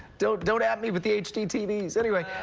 don't don't add me with the hdtv means anyway.